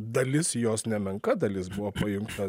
dalis jos nemenka dalis buvo pajungta